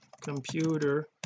computer